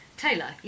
Taylor